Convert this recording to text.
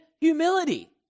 humility